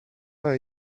are